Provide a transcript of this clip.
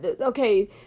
okay